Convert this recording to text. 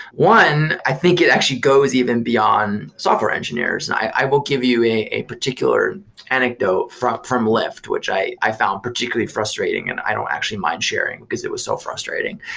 one, i think it actually goes even beyond software engineers. and i will give you a a particular anecdote from from lyft, which i i found particularly frustrating and i don't actually mind sharing, because it was so frustrating.